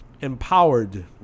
empowered